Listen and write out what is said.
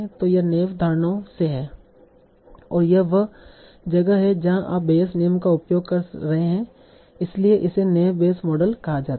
तो यह नैव धारणाओं से है और यह वह जगह है जहां आप बेयस नियम का उपयोग कर रहे हैं और इसलिए इसे नैव बेयस मॉडल कहा जाता है